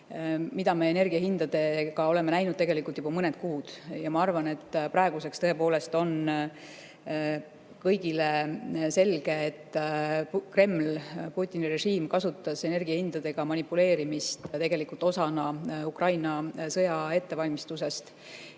mida me energia hindadega oleme näinud tegelikult juba mõned kuud. Ma arvan, et praeguseks tõepoolest on kõigile selge, et Kreml, Putini režiim kasutas energia hindadega manipuleerimist ka osana Ukraina sõja ettevalmistusest.